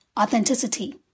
authenticity